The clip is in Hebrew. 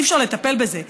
אי-אפשר לטפל בזה,